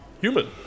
human